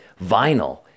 vinyl